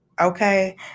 okay